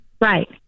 Right